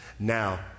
Now